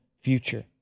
future